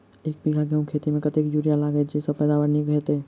एक बीघा गेंहूँ खेती मे कतेक यूरिया लागतै जयसँ पैदावार नीक हेतइ?